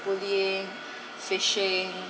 bullying phishing